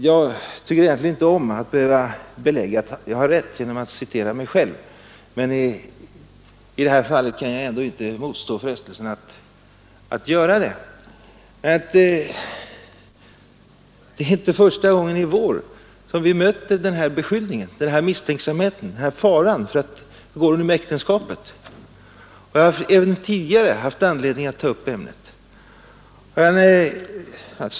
Jag tycker egentligen inte om att behöva belägga att jag har rätt genom att citera mig själv, men i det här fallet kan jag inte motstå frestelsen att göra det. Det är inte första gången i vår som vi möter den här beskyllningen, den här misstanken, den här farhågan för hur det skall gå med äktenskapet, och jag har även tidigare haft anledning att ta upp ämnet.